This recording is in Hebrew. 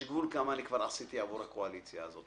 יש גבול כמה אני כבר עשיתי עבור הקואליציה הזאת.